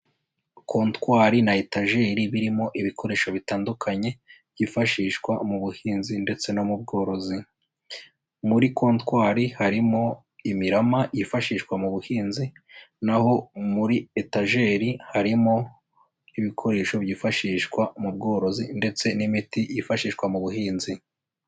Kontwari na etajeri birimo ibikoresho bitandukanye byifashishwa mu buhinzi ndetse no mu bworozi; muri kontwari harimo imirama yifashishwa mu buhinzi, naho muri etajeri harimo ibikoresho byifashishwa mu bworozi ndetse n'imiti yifashishwa mu buhinzi.